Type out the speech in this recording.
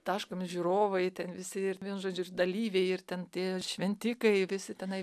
taškomi žiūrovai ten visi vienu žodžiu ir dalyviai ir ten tie šventikai visi tenai